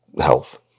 health